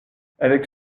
avec